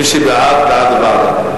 מי שבעד, בעד ועדה.